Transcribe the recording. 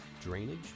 drainage